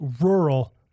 rural